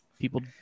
People